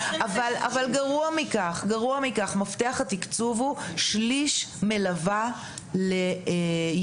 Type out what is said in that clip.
אבל גרוע מכך, מפתח התקצוב הוא שליש מלווה לילד.